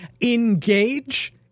engage